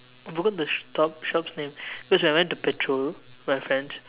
forgot the stop shop's name because I went to patrol my friends